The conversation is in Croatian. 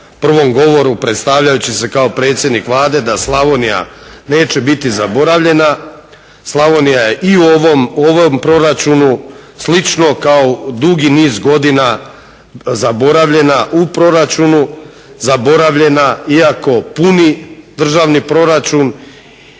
prvom govoru predstavljajući se kao predsjednik Vlade da Slavonija neće biti zaboravljena. Slavonija je i u ovom proračunu slično kao dugi niz godina zaboravljena u proračunu, zaboravljena iako puni državni proračun